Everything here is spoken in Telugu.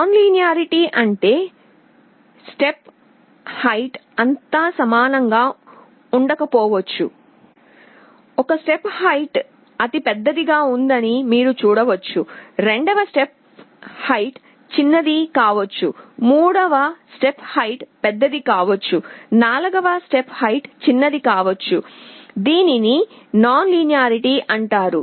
నాన్ లీనియారిటీ అంటే స్టెప్ హైట్ అంతా సమానంగా ఉండకపోవచ్చు ఒక స్టెప్ హైట్ అది పెద్దదిగా ఉందని మీరు చూడవచ్చు రెండవ స్టెప్ హైట్ చిన్నది కావచ్చు మూడవ స్టెప్ హైట్ పెద్దది కావచ్చు నాల్గవ స్టెప్ హైట్ చిన్నది కావచ్చు దీనిని నాన్ లీనియారిటీ అంటారు